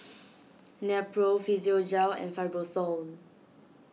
Nepro Physiogel and Fibrosol